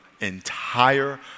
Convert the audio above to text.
entire